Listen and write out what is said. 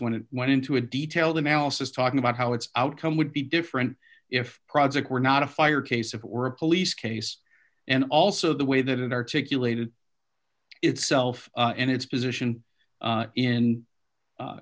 when it went into a detailed analysis talking about how its outcome would be different if project were not a fire case if it were a police case and also the way that it articulated itself and its